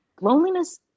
Loneliness